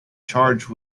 charge